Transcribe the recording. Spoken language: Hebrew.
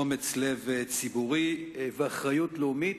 אומץ לב ציבורי ואחריות לאומית,